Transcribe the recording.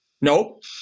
nope